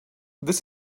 this